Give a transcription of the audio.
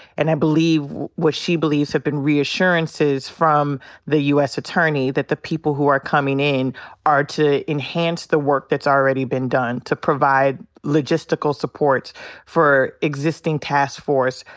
and i believe what she believes have been reassurances from the u. s. attorney, that the people who are coming in are to enhance the work that's already been done. to provide logistical support for existing task force.